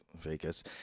Vegas